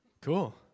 Cool